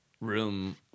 room